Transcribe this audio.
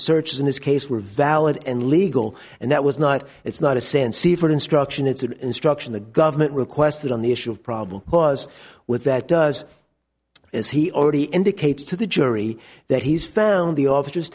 searches in this case were valid and legal and that was not it's not a sense for instruction it's an instruction the government requested on the issue of problem was with that does as he already indicated to the jury that he's found the officer